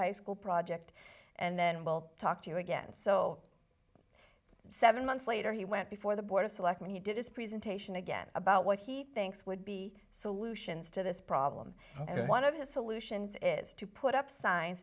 high school project and then we'll talk to you again so seven months later he went before the board of selectmen he did his presentation again about what he thinks would be so lucian's to this problem and one of his solution is to put up signs